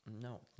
No